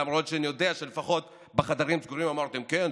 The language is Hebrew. למרות שאני יודע שלפחות בחדרים סגורים אמרתם: כן,